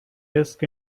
disk